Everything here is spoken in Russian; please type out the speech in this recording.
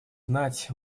знать